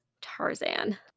Tarzan